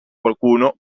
qualcuno